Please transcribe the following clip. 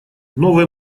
новые